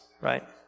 right